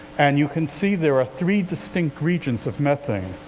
and you can see there are three distinct regions of methane.